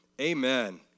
Amen